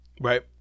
Right